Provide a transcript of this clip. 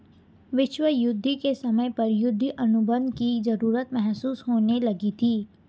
विश्व युद्ध के समय पर युद्ध अनुबंध की जरूरत महसूस होने लगी थी